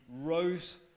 rose